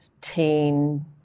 teen